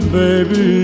baby